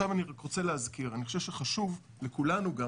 אני רק רוצה להזכיר, אני חושב שחשוב, לכולנו גם,